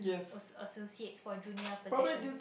ass~ associate for junior positions